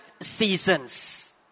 seasons